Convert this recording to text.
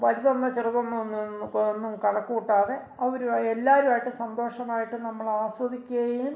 വലുതെന്നോ ചെറുതെന്നോ ഒന്നും കണക്ക് കൂട്ടാതെ അവരുമായി എല്ലാരുമായിട്ട് സന്തോഷമായിട്ട് നമ്മൾ ആസ്വദിക്കുകയും